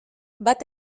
bat